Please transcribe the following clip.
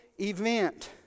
event